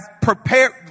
prepared